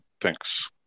thanks